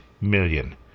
million